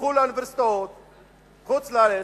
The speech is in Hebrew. ילכו לאוניברסיטאות בחוץ-לארץ,